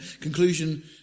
conclusion